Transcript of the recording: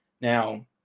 Now